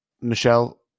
Michelle